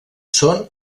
són